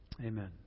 Amen